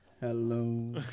Hello